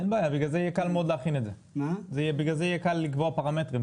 בגלל זה יהיה קל לקבוע פרמטרים,